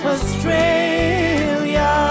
Australia